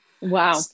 Wow